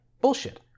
bullshit